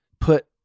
put